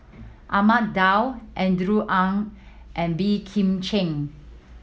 Ahmad Daud Andrew Ang and Boey Kim Cheng